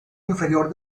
inferior